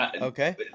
Okay